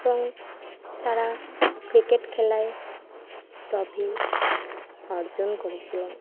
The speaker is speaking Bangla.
এবং তারা ক্রিকেট খেলায় ট্রফি অর্জন করেছিলেন